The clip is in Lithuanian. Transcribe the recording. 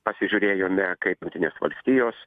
pasižiūrėjome kaip jungtinės valstijos